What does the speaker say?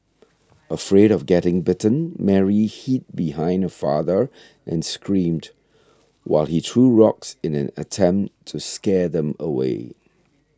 afraid of getting bitten Mary hid behind her father and screamed while he threw rocks in an attempt to scare them away